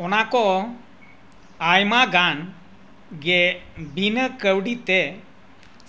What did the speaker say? ᱚᱱᱟᱠᱚ ᱟᱭᱢᱟ ᱜᱟᱱ ᱜᱮ ᱵᱤᱱᱟᱹ ᱠᱟᱹᱣᱰᱤ ᱛᱮ